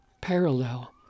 parallel